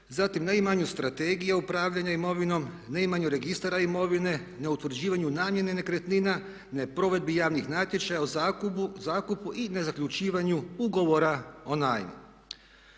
Zatim, neimanju strategije upravljanja imovinom, neimanju registara imovine, neutvrđivanju namjene nekretnina, neprovedbi javnih natječaja o zakupu i nezaključivanju ugovora o najmu.